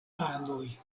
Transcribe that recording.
anoj